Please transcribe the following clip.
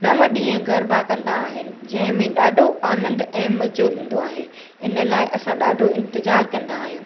नवं ॾींहं गरबा कंदा आहिनि जंहिंमे ॾाढो आनंदु ऐं मज़ो ईंदो आहे इन लाइ असां ॾाढो इंतज़ारु कंदा आहियूं